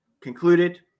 concluded